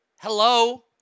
Hello